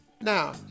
Now